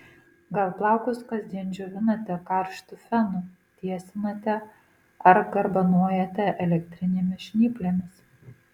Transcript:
gal plaukus kasdien džiovinate karštu fenu tiesinate ar garbanojate elektrinėmis žnyplėmis